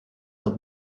and